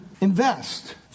invest